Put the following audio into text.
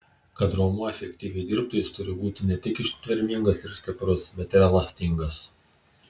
kad raumuo efektyviai dirbtų jis turi būti ne tik ištvermingas ir stiprus bet ir elastingas